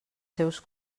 seus